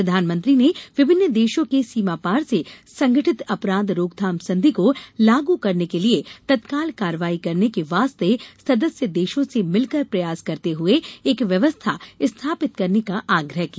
प्रधानमंत्री ने विभिन्न देशों के सीमापार से संगठित अपराध रोकथाम संधि को लागू करने के लिए तत्काल कार्रवाई करने के वास्ते सदस्य देशों से मिलकर प्रयास करते हुए एक व्यवस्था स्थापित करने का आग्रह किया